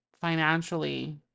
financially